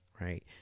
right